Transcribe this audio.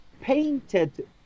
painted